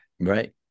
Right